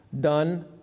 done